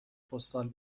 پستال